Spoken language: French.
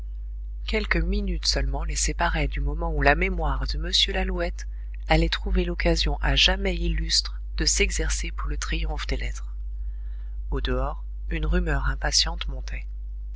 quelques minutes seulement les séparaient du moment où la mémoire de m lalouette allait trouver l'occasion à jamais illustre de s'exercer pour le triomphe des lettres au-dehors une rumeur impatiente montait